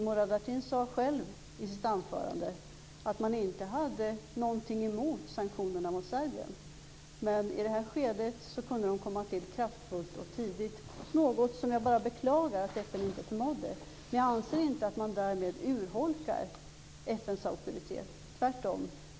Murad Artin sade själv i sitt anförande att man inte hade någonting emot sanktionerna mot Serbien, men i det här skedet kunde de komma till kraftfullt och tidigt. Jag beklagar att FN inte förmådde det, men jag anser inte att man därmed urholkar FN:s auktoritet, tvärtom.